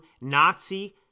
Nazi